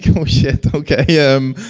oh shit, ok um